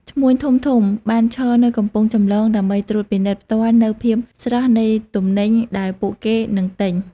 ឈ្មួញធំៗ បានឈរនៅកំពង់ចម្លងដើម្បីត្រួតពិនិត្យផ្ទាល់នូវភាពស្រស់នៃទំនិញដែលពួកគេនឹងទិញ។